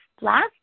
last